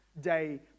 day